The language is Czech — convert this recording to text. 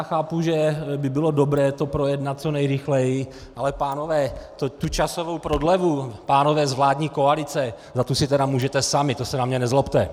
Chápu, že by bylo dobré to projednat co nejrychleji, ale pánové, tu časovou prodlevu, pánové z vládní koalice, za tu si tedy můžete sami, to se na mě nezlobte!